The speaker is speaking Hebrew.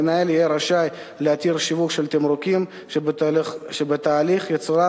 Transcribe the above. המנהל יהיה רשאי להתיר שיווק של תמרוקים שבתהליך ייצורם